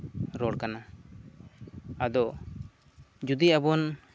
ᱨᱚᱲ ᱠᱟᱱᱟ ᱟᱫᱚ ᱡᱩᱫᱤ ᱟᱵᱚᱱ